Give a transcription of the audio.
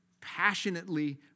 passionately